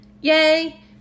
yay